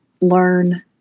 learn